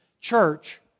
church